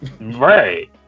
Right